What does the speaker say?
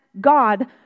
God